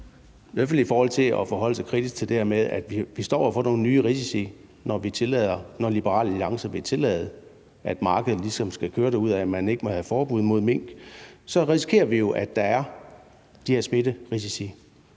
i forhold til at forholde sig kritisk til det her med at vi står over for nogle nye risici, når Liberal Alliance vil tillade, at markedet ligesom skal køre derudad, og at man ikke skal have forbud mod mink. Så risikerer vi jo, at der er de her smitterisici,